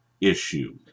issue